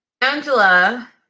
Angela